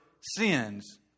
sins